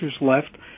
left